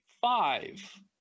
five